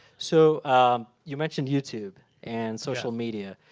so you mentioned youtube and social media.